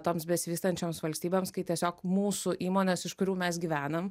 toms besivystančioms valstybėms kai tiesiog mūsų įmonės iš kurių mes gyvenam